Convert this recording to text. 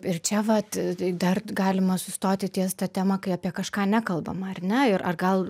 ir čia vat dar galima sustoti ties ta tema kai apie kažką nekalbama ar ne ir ar gal